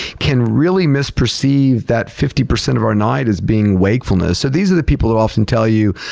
can really misperceive that fifty percent of our night as being wakefulness. so, these are the people who often tell you,